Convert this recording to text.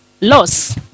loss